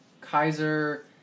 Kaiser